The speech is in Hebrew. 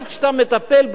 כשאתה מטפל בהם,